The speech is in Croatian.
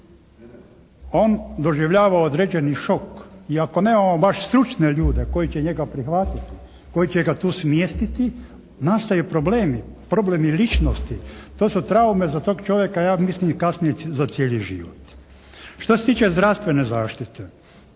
on doživljava određeni šok i ako nemamo baš stručne ljudi koji će njega prihvatiti, koji će ga tu smjestiti, nastaju problemi. Problemi ličnosti. To su traume za tog čovjeka, ja mislim i kasnije za cijeli život. Što se tiče zdravstvene zaštite.